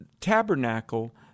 tabernacle